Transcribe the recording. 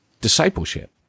discipleship